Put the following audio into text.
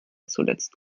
zuletzt